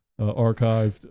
archived